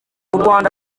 rwanda